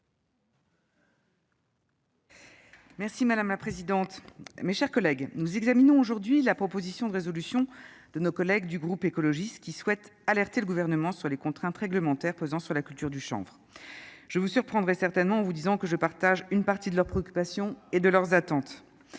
Merci madame la présidente, mes chers collègues, nous examinons aujourd'hui la proposition de résolution de nos collègues du groupe écologiste qui souhaite alerter le gouvernement sur les contraintes réglementaires pesant sur la culture du chanvre je vous surprendrai certainement ou disons que je partage une partie de leurs préoccupations et de leurs attentes,